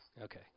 Okay